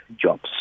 jobs